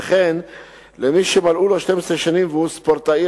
וכן למי שמלאו לו 12 שנים והוא ספורטאי